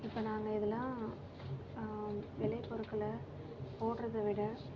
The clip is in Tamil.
இப்போ நாங்கள் இதெல்லாம் விளைபொருட்களை போடுறதை விட